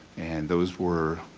and those were